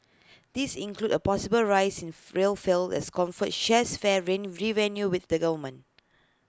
these include A possible rise in rail fares as comfort shares fare revenue with the government